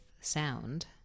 sound